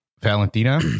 valentina